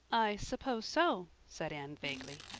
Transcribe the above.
i suppose so, said anne vaguely.